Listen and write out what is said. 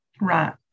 Right